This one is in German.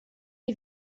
die